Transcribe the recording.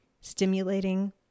stimulating